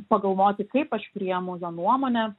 pagalvoti kaip aš priimu jo nuomonę